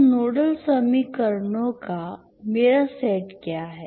तो नोडल समीकरणों का मेरा सेट क्या है